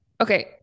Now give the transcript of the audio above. okay